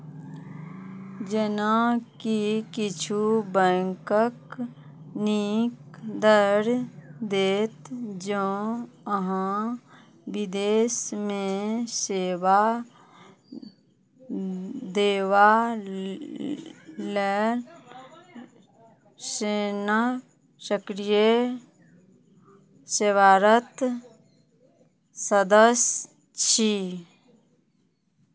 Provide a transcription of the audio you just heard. जेनाकि किछु बैंकक नीक दर देत जँ अहाँ विदेशमे सेवा देवा लेल सेना सक्रिय सेवारत सदस्य छी